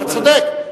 אתה צודק.